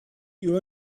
you